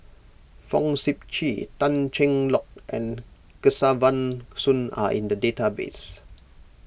Fong Sip Chee Tan Cheng Lock and Kesavan Soon are in the database